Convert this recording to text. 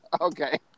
Okay